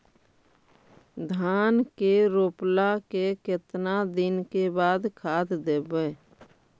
धान के रोपला के केतना दिन के बाद खाद देबै?